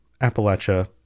Appalachia